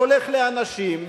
והולך לאנשים,